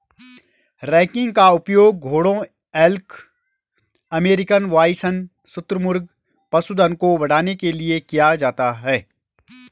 ranking का उपयोग घोड़ों एल्क अमेरिकन बाइसन शुतुरमुर्ग पशुधन को बढ़ाने के लिए किया जाता है